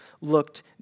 looked